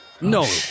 No